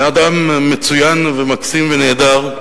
שהיה אדם מצוין ומקסים ונהדר,